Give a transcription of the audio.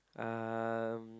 um